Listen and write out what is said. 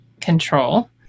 control